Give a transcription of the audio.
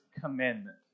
commandment